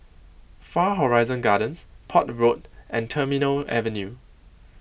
Far Horizon Gardens Port Road and Terminal Avenue